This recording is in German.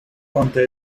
konnte